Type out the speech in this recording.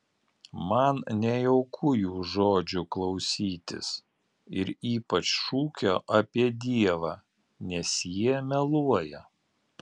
man nejauku jų žodžių klausytis ir ypač šūkio apie dievą nes jie meluoja